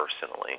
personally